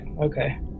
okay